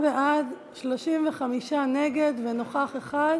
עשרה בעד, 35 נגד ונוכח אחד.